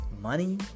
money